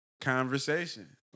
conversation